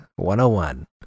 101